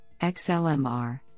XLMR